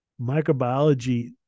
microbiology